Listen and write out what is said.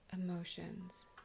emotions